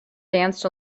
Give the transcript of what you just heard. danced